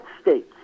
states